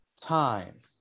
time